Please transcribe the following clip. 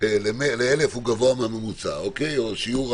ל-1,000 הוא גבוה מהממוצע, או שיעור